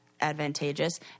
advantageous